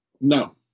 No